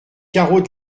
carreau